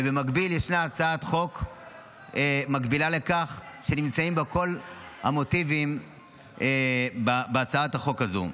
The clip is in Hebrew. ובמקביל ישנה הצעת חוק מקבילה שנמצאים בה כל המוטיבים בהצעת החוק הזו.